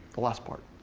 the last part.